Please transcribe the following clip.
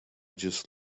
just